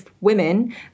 women